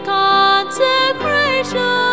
consecration